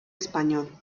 español